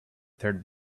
third